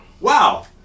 wow